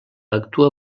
actua